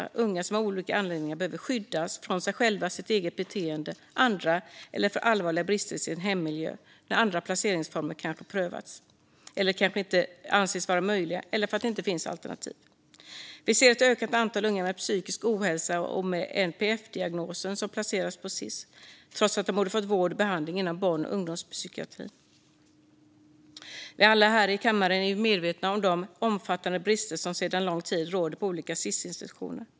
Det är unga som av olika anledningar behöver skyddas - från sig själva och sitt eget beteende, från andra eller från allvarliga brister i sin hemmiljö. Andra placeringsformer har kanske prövats eller anses inte varar möjliga, eller också finns det inga alternativ. Vi ser ett ökat antal unga med psykisk ohälsa och NPF-diagnoser som placeras på Sis-hem, trots att de borde ha fått vård och behandling inom barn och ungdomspsykiatrin. Vi här i kammaren är ju alla medvetna om de mycket omfattande brister som sedan lång tid råder på olika Sis-institutioner.